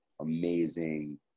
amazing